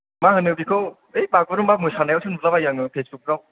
मा होनो बेखौ होय बागुरुम्बा मोसानायावसो नुलाबायो आङो फेसबुकफ्राव